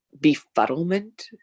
befuddlement